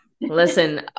listen